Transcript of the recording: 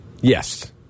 Yes